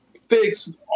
fix